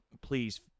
please